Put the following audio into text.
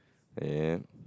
and